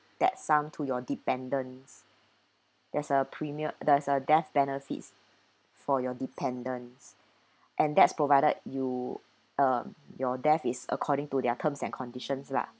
that sum to your dependents there's a premier there's a death benefits for your dependents and that's provided you um your death is according to their terms and conditions lah